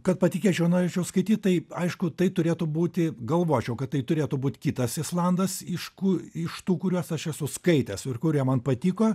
kad patikėčiau norėčiau skaityt tai aišku tai turėtų būti galvočiau kad tai turėtų būti kitas islandas iš ku iš tų kuriuos aš esu skaitęs ir kurie man patiko